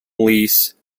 lease